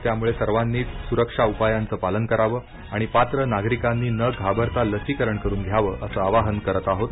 त्यामुळे सर्वांनीच सुरक्षा उपायांच पालन करावं आणि पात्र नागरिकांनी न घाबरता लसीकरण करून घ्यावं असं आवाहन करत आहोत